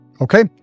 okay